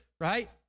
right